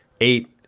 eight